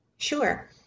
Sure